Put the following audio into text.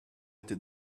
été